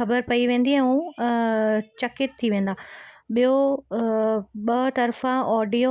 ख़बर पई वेंदी ऐं चकीत थी वेंदा ॿियो ॿ तरिफ़ा ऑडियो